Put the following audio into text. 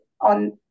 on